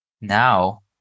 Now